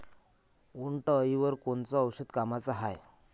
उंटअळीवर कोनचं औषध कामाचं हाये?